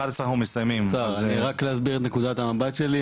אני רוצה רק להסביר את נקודת המבט שלי.